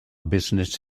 business